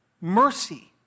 mercy